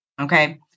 okay